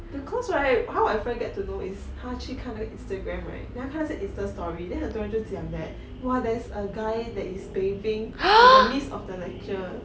because right how my friend get to know is 她去看那个 instagram right then 她在 insta story then 很多人就讲 that !wah! there's a guy that is bathing in the midst of the lecture